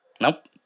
Nope